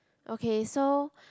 okay so